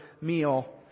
meal